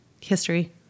history